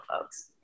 folks